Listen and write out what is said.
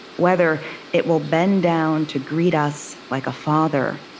whether it will bend down to greet us like a father,